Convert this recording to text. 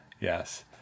Yes